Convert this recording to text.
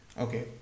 Okay